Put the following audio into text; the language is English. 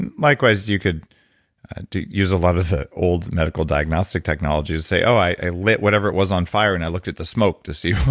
and likewise, you could use a lot of the old medical diagnostic technology and say, oh, i lit whatever it was on fire and i looked at the smoke to see